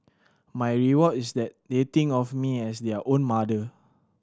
my reward is that they think of me as their own mother